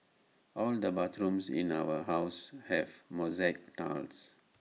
all the bathrooms in our house have mosaic tiles